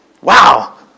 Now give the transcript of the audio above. Wow